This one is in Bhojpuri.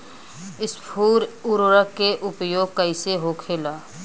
स्फुर उर्वरक के उपयोग कईसे होखेला?